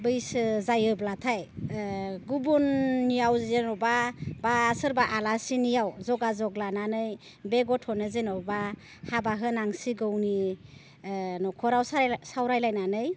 बैसो जायोब्लाथाय गुबुननियाव जेनेबा बा सोरबा आलासिनियाव जगा जग लानानै बे गथ'नो जेनेबा हाबा होनांसिगौनि न'खराव सावरायलायनानै